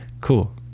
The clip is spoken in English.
cool